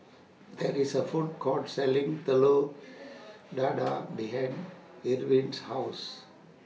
There IS A Food Court Selling Telur Dadah behind Irwin's House